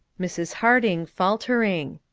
mrs. harding, faltering.